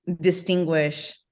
distinguish